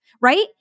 right